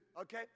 okay